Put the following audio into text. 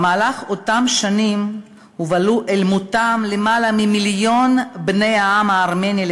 במהלך אותם שנים הובלו אל מותם למעלה ממיליון בני העם הארמני,